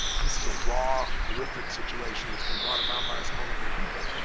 this is a raw, horrific situation that's been brought about by a small number of people.